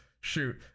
Shoot